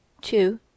Two